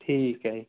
ਠੀਕ ਹੈ ਜੀ